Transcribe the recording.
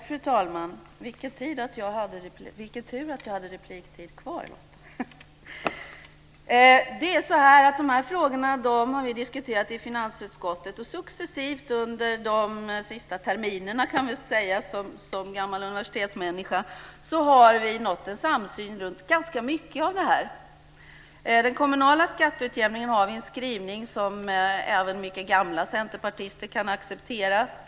Fru talman! Vilken tur att jag hade repliktid kvar! De här frågorna har vi diskuterat i finansutskottet successivt under de senaste terminerna - låt mig som gammal universitetsmänniska använda det ordet - och vi har nått en samsyn om ganska mycket av det här. Vi har en skrivning om den kommunala skatteutjämningen som jag vet att även mycket gamla centerpartister kan acceptera.